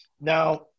Now